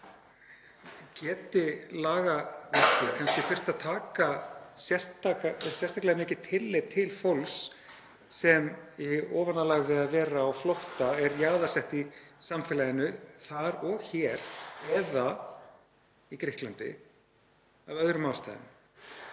geti lagaverkið kannski þurft að taka sérstaklega mikið tillit til fólks sem í ofanálag við að vera á flótta er jaðarsett í samfélaginu þar og hér, eða í Grikklandi, af öðrum ástæðum.